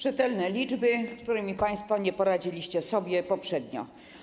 Rzetelne liczby, z którymi państwo nie poradziliście sobie poprzednio.